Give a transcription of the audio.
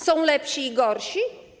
Są lepsi i gorsi?